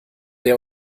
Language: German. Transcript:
der